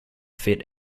fit